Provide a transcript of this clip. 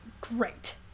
great